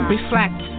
Reflect